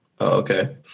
Okay